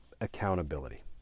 accountability